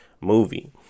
movie